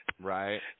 Right